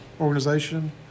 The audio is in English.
organization